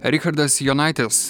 richardas jonaitis